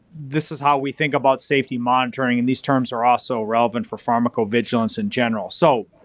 this is how we think about safety monitoring, and these terms are also relevant for pharmacal vigilance in general. so,